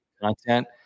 content